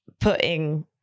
putting